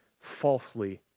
falsely